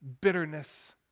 bitterness